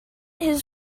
his